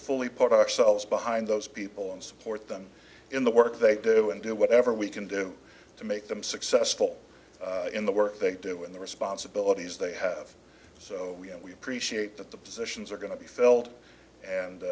fully put ourselves behind those people and support them in the work they do and do whatever we can do to make them successful in the work they do and the responsibilities they have so we appreciate that the positions are going to be filled and